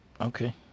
Okay